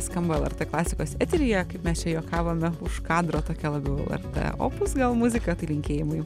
skamba lrt klasikos eteryje kaip mes čia juokavome už kadro tokia labiau lrt opus gal muzika tai linkėjimai